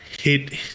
hit